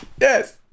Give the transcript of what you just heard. yes